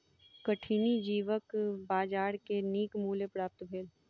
कठिनी जीवक बजार में नीक मूल्य प्राप्त भेल